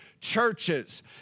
churches